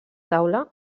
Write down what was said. taula